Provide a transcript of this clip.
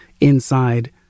inside